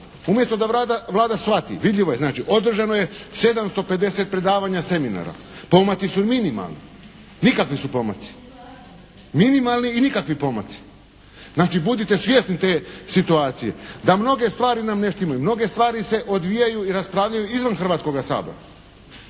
umjesto da Vlada shvati. Vidljivo je, znači održano je 750 predavanja seminara, pomaci su minimalni, nikakvi su pomaci. Minimalni i nikakvi pomaci. Znači, budite svjesni te situacije da mnoge stvari nam ne štimaju. Mnoge stvari se odvijaju i raspravljaju izvan Hrvatskoga sabora.